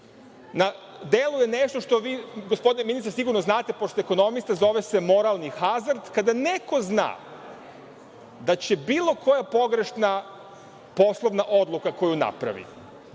delu je nešto što vi, gospodine ministre, sigurno znate, pošto ste ekonomista, zove se moralni hazard, kada neko zna da će bilo koja pogrešna poslovna odluka koju napravi,